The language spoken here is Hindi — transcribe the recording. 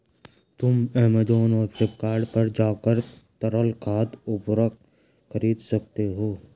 तुम ऐमेज़ॉन और फ्लिपकार्ट पर जाकर तरल खाद उर्वरक खरीद सकते हो